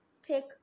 take